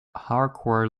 awkward